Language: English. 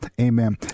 Amen